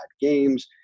games